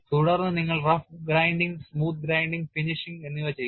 തുടർന്ന് നിങ്ങൾ rough grinding smooth grinding finishing എന്നിവ ചെയ്യുന്നു